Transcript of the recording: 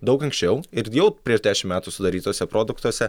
daug anksčiau ir jau prieš dešimt metų sudarytuose produktuose